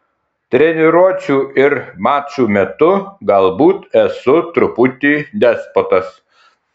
treniruočių ir mačų metu galbūt esu truputį despotas